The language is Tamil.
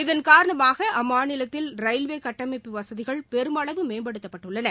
இதன் காரணமாக அம்மாநிலத்தில் ரயில்வே கட்டமைப்பு வசதிகள் பெருமளவு மேம்படுத்தப்பட்டுள்ளன